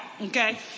okay